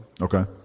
Okay